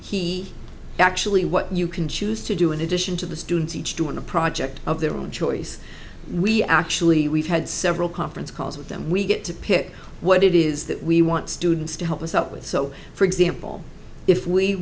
he actually what you can choose to do in addition to the students each doing a project of their own choice we actually we've had several conference calls with them we get to pick what it is that we want students to help us out with so for example if we